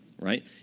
right